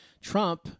Trump